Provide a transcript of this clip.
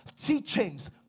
Teachings